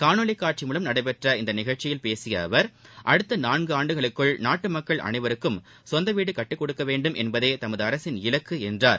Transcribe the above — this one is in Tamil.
காணொலி காட்சி மூலம் நடைபெற்ற இந்நிகழ்ச்சியில் பேசிய அவர் அடுத்த நான்கு ஆண்டுகளுக்குள் நாட்டு மக்கள் அனைவருக்கும் சொந்த வீடு கட்டிக் கொடுக்க வேண்டும் என்பதே தமது அரசின் இலக்கு என்றார்